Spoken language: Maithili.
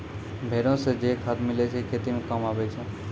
भेड़ो से जे खाद मिलै छै खेती मे काम आबै छै